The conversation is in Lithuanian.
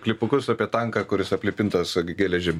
klipukus apie tanką kuris aplipintas geležim